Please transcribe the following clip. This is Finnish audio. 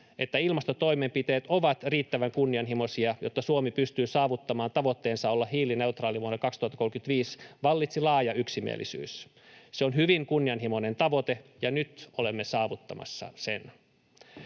että ilmastotoimenpiteet ovat riittävän kunnianhimoisia, jotta Suomi pystyy saavuttamaan tavoitteensa olla hiilineutraali vuonna 2035, vallitsi laaja yksimielisyys. Se on hyvin kunnianhimoinen tavoite, ja nyt olemme saavuttamassa sen.